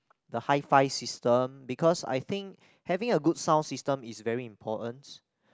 the hifi system because I think having a good sound system is very important